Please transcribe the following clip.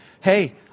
hey